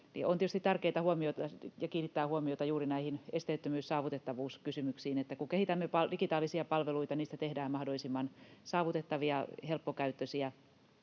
on tietysti tärkeätä kiinnittää huomiota juuri näihin esteettömyys- ja saavutettavuuskysymyksiin. Kun kehitämme digitaalisia palveluita, niistä tehdään mahdollisimman saavutettavia, helppokäyttöisiä,